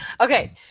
Okay